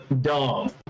dumb